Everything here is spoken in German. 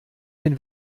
den